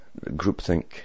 groupthink